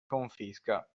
confisca